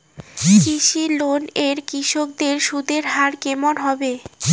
কৃষি লোন এ কৃষকদের সুদের হার কেমন হবে?